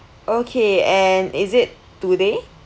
okay and is it today